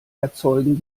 erzeugen